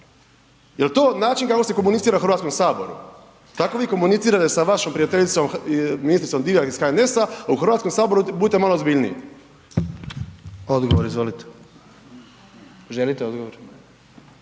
Jel to način kako se komunicira u Hrvatskom saboru, tako vi komunicirajte s vašom prijateljicom ministricom Divjak iz HNS-a, a u Hrvatskom saboru budite malo ozbiljniji. **Jandroković, Gordan (HDZ)** Odgovor